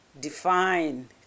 define